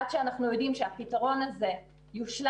עד שאנחנו יודעים שהפתרון הזה יושלם